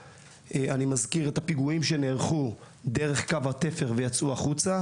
נערכו פיגועים דרך קו התפר ויצאו החוצה.